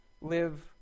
Live